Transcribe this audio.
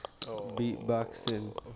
Beatboxing